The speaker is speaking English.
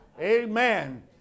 Amen